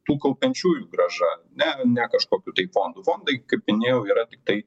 tų kaupiančiųjų grąža ne ne kažkokių tai fondų fondai kaip minėjau yra tiktai